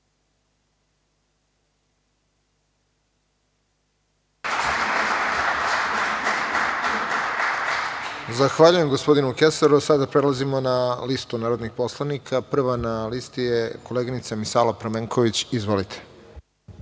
Zahvaljujem gospodinu Kesaru. Sada prelazimo na listu narodnih poslanika. Prva na listi je koleginica Misala Pramenković. Izvolite.